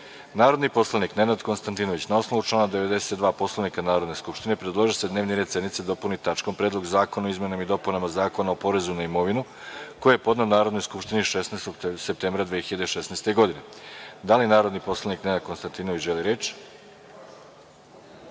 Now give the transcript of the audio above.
predlog. Narodni poslanik Nenad Konstantinović, na osnovu člana 92. Poslovnika Narodne skupštine, predložio je da se dnevni red sednice dopuni tačkom – Predlog zakona o izmenama i dopunama Zakona o porezu na imovinu, koji je podneo Narodnoj skupštini 16. septembra 2016. godine. Da li narodni poslanik Nenad Konstantinović želi reč?